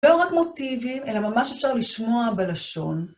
לא רק מוטיבים, אלא ממש אפשר לשמוע בלשון.